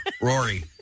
Rory